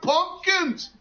Pumpkins